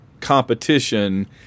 competition